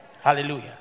Hallelujah